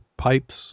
pipes